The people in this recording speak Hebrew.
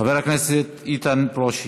חבר הכנסת איתן ברושי,